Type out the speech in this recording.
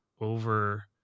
over